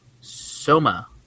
Soma